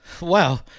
Wow